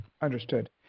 Understood